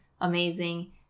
amazing